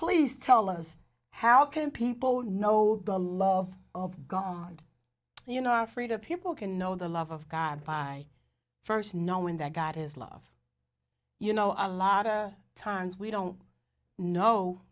please tell us how can people know the love of god you know our freedom people can know the love of god by first knowing that god is love you know a lot of times we don't know